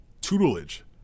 tutelage